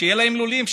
שיהיו להם לולים,